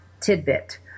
tidbit